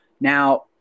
Now